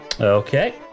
Okay